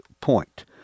point